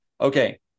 okay